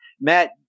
Matt